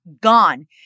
gone